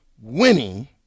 winning